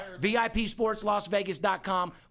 VIPSportsLasVegas.com